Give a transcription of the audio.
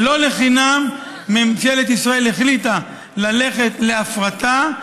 ולא לחינם ממשלת ישראל החליטה ללכת להפרטה,